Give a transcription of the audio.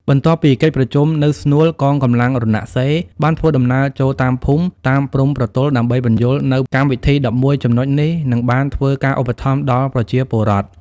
បន្ទាប់ពីកិច្ចប្រជុំនៅស្នូលកងកម្លាំងរណសិរ្យ បានធ្វើដំណើរចូលតាមភូមិ តាមព្រំប្រទល់ដើម្បីពន្យល់នូវកម្មវិធី ១១ ចំណុចនេះនិងបានធ្វើការឧបត្តម្ភដល់ប្រជាពលរដ្ឋ ។